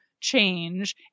change